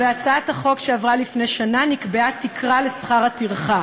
בהצעת החוק שעברה לפני שנה נקבעה תקרה לשכר הטרחה